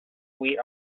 sweet